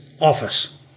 office